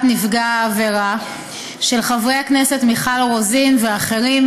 נפגע העבירה של חברי הכנסת מיכל רוזין ואחרים,